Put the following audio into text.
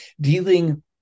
dealing